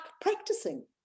practicing